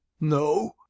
no